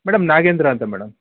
madam Nagendra ಅಂತ madam